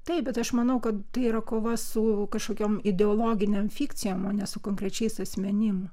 taip bet aš manau kad tai yra kova su kažkokiom ideologinėm fikcijom o ne su konkrečiais asmenim